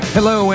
Hello